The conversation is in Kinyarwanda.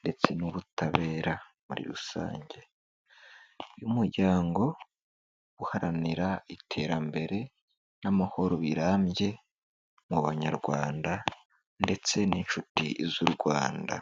ndetse n'ubutabera muri rusange. Uyu muryango uharanira iterambere n'amahoro birambye mu banyarwanda ndetse n'inshuti z'u Rwanda.